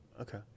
Okay